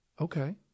Okay